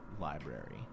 library